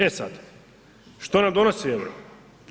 E sad, što nam donosi EUR-o?